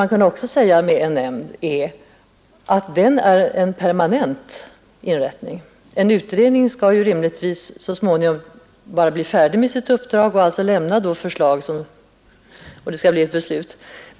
Jag kan också säga att fördelarna med en nämnd är att den är en permanent inrättning. En utredning skall ju rimligtvis bli färdig med sitt uppdrag så småningom och lämna förslag, varefter beslut skall fattas.